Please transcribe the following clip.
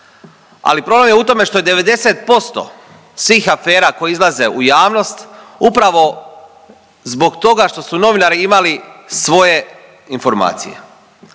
ali problem je u tome što je 90% svih afera koje izlaze u javnost upravo zbog toga što su novinari imali svoje informacije.